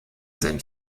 sind